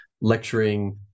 lecturing